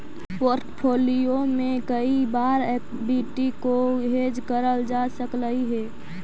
portfolio में कई बार एक्विटी को हेज करल जा सकलई हे